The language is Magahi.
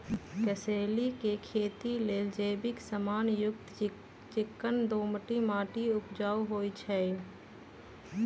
कसेलि के खेती लेल जैविक समान युक्त चिक्कन दोमट माटी उपजाऊ होइ छइ